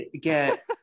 get